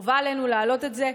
חובה עלינו להעלות את זה.